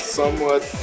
somewhat